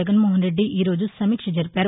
జగన్శోహన్రెడ్లి ఈరోజు సమీక్ష జరిపారు